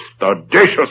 audacious